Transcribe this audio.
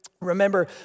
remember